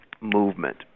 movement